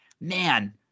man